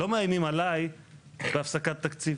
לא מאיימים עלי בהפסקת תקציב.